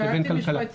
שאלתי משפטית.